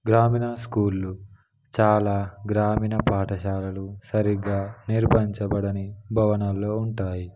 గ్రామీణ స్కూళ్ళు చాలా గ్రామీణ పాఠశాలలు సరిగ్గా నేర్పించబడని భవనాల్లో ఉంటాయి